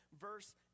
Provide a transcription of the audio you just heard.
verse